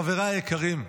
חבריי היקרים,